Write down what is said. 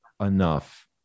enough